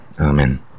Amen